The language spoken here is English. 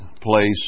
place